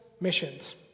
missions